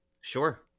Sure